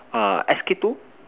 uh S K two